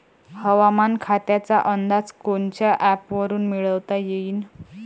हवामान खात्याचा अंदाज कोनच्या ॲपवरुन मिळवता येईन?